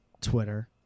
Twitter